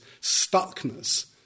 stuckness